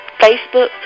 Facebook